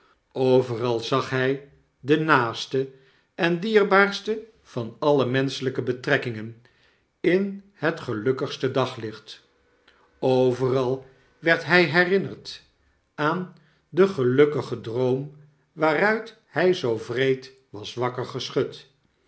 overal zag hg de naaste en dierbaarste van alle menschelijke betrekkingen in het gelukkigste daglicht overal werd hfl herinnerd aan den gelukkigen droom waaruit hij zoo wreed was wakker geschud